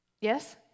Yes